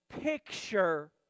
picture